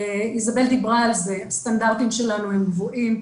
איזבל דיברה על כך שהסטנדרטים שלנו הם גבוהים.